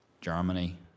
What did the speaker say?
Germany